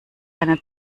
einen